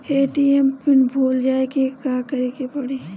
ATM PIN भूल जाए पे का करे के पड़ी?